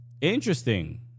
Interesting